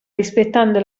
rispettando